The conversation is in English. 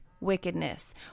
wickedness